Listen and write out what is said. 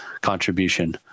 contribution